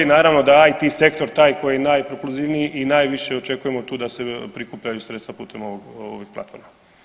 Naravno da je IT sektor taj koji je najpropulzivniji i najviše očekujemo tu da se prikupljaju sredstva putem ovog, ovih platforma.